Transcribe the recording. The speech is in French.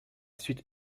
suite